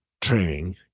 training